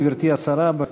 גברתי השרה, בבקשה.